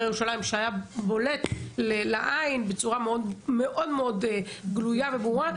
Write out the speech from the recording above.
ירושלים שהיה בולט לעין בצורה מאוד מאוד גלויה וברורה,